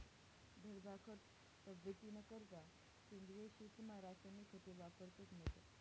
धडधाकट तब्येतनीकरता सेंद्रिय शेतीमा रासायनिक खते वापरतत नैत